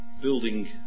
building